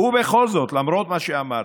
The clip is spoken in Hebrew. ובכל זאת, למרות מה שאמרתי,